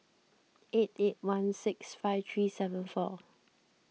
eight eight one six five three seven four